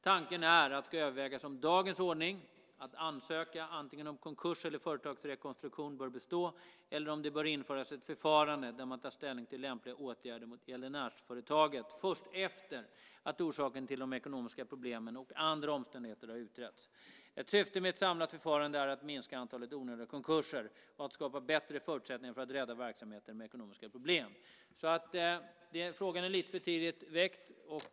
Tanken är att det ska övervägas om dagens ordning, att ansöka antingen om konkurs eller företagsrekonstruktion, bör bestå eller om det bör införas ett förfarande där man tar ställning till lämpliga åtgärder mot gäldenärsföretaget först efter att orsaken till de ekonomiska problemen och andra omständigheter har utretts. Ett syfte med ett samlat förfarande är att minska antalet onödiga konkurser och skapa bättre förutsättningar för att rädda verksamheter med ekonomiska problem. Frågan är alltså lite för tidigt väckt.